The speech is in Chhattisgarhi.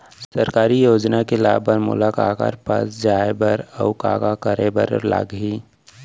सरकारी योजना के लाभ बर मोला काखर पास जाए बर अऊ का का करे बर लागही?